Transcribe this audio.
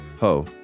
ho